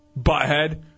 Butthead